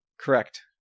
Correct